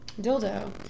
dildo